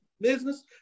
business